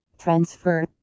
transfer